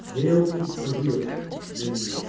heel goed verhuurd mynheer